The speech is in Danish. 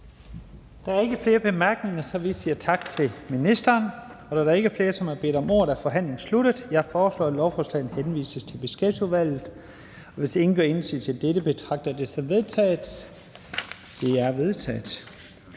Der er ikke flere bemærkninger, så vi siger tak til ministeren. Da der ikke er flere, som har bedt om ordet, er forhandlingen sluttet. Jeg foreslår, at lovforslaget henvises til Beskæftigelsesudvalget. Hvis ingen gør indsigelse, betragter jeg dette som vedtaget. Det er vedtaget.